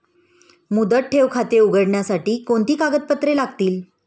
मुदत ठेव खाते उघडण्यासाठी कोणती कागदपत्रे लागतील?